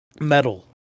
metal